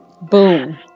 Boom